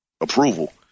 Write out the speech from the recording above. approval